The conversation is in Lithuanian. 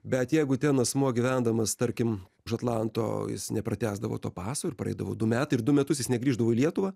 bet jeigu ten asmuo gyvendamas tarkim už atlanto jis nepratęsdavo to paso ir praeidavo du metai ir du metus jis negrįždavo į lietuvą